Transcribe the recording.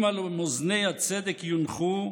אם על מאזני הצדק יונחו,